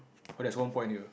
oh there's one point here